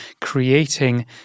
creating